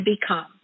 become